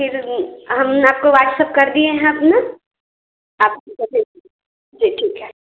फिर हमने आपको वाट्सएप कर दिए हैं अपना आप उसे देखिए जी ठीक है